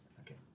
Okay